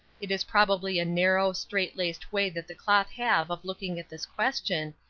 it is probably a narrow, strait-laced way that the cloth have of looking at this question,